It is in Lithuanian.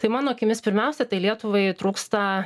tai mano akimis pirmiausia tai lietuvai trūksta